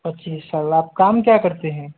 पच्चीस साल आप काम क्या करते हैं